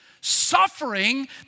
suffering